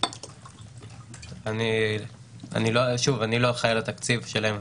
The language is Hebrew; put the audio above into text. אני לא אחראי על התקציב שלהם.